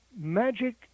Magic